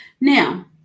Now